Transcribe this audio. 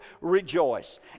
rejoice